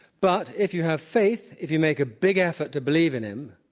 but if you have faith, if you make a big effort to believe in him,